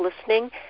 listening